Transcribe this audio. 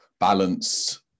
Balanced